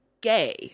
gay